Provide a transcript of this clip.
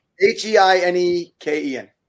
H-E-I-N-E-K-E-N